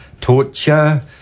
Torture